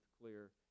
clear